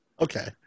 Okay